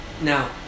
now